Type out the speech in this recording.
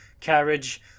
carriage